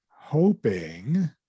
hoping